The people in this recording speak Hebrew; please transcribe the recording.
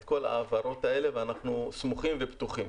את כל ההבהרות האלה ואנחנו סמוכים ובטוחים.